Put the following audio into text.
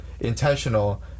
intentional